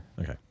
Okay